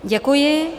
Děkuji.